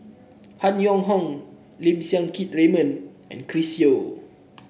Han Yong Hong Lim Siang Keat Raymond and Chris Yeo